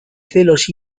celos